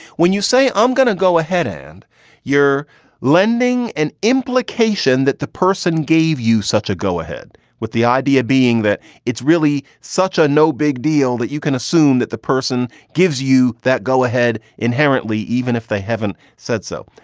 when you say i'm gonna go ahead and you're lending an implication that the person gave you such a go ahead with the idea being that it's really such a no big deal that you can assume that the person gives you that. go ahead. inherently, even if they haven't said so,